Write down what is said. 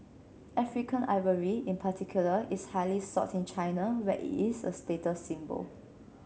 African ivory in particular is highly sought in China where it is a status symbol